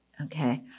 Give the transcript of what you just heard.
Okay